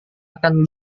akan